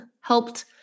helped